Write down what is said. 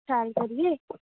शैल करियै